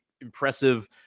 impressive